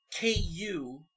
KU